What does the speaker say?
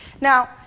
Now